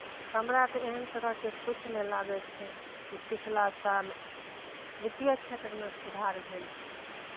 हमरा तऽ एहन तरहके किछु नहि लागय छै कि पिछला साल वित्तीय क्षेत्रमे सुधार भेल छै